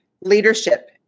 leadership